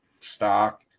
stock